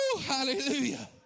Hallelujah